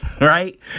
Right